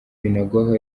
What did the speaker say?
binagwaho